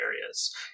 areas